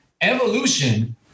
evolution